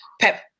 Pep